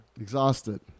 Exhausted